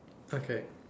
okay